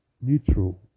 neutral